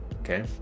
Okay